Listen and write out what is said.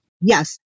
Yes